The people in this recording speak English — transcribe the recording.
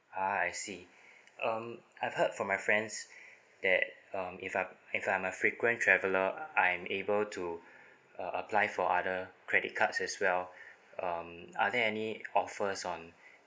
ah I see um I heard from my friends that um if I'm if I'm a frequent traveller I'm able to uh apply for other credit cards as well um are there any offers on